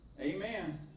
Amen